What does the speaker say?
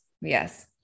yes